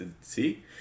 see